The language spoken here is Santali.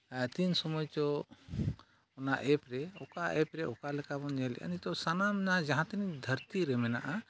ᱟᱨ ᱛᱤᱱ ᱥᱚᱢᱚᱭ ᱪᱚ ᱚᱱᱟ ᱮᱯᱨᱮ ᱚᱠᱟ ᱮᱯᱨᱮ ᱚᱠᱟᱞᱮᱵᱚᱱ ᱧᱮᱞᱮᱜᱼᱟ ᱱᱤᱛᱳᱜ ᱥᱟᱱᱟᱢ ᱡᱟᱦᱟᱸ ᱛᱤᱱᱟᱹᱜ ᱫᱷᱟᱹᱨᱛᱤᱨᱮ ᱢᱮᱱᱟᱜᱼᱟ